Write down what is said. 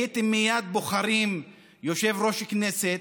הייתם מייד בוחרים יושב-ראש כנסת,